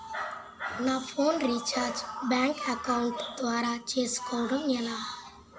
నా phone recharge bank account ద్వారా చేసుకోవటం ఎలా?